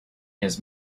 his